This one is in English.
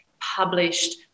published